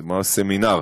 זה ממש סמינר,